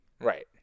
right